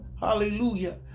hallelujah